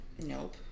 nope